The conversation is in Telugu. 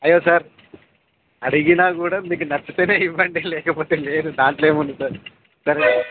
అయ్యో సార్ అడిగినా కూడా మీకు నచ్చితేనే ఇవ్వండి లేకపోతే లేదు దాంట్లో ఏముంది సార్ సరేనా